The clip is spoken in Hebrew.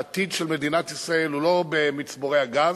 העתיד של מדינת ישראל הוא לא במצבורי הגז,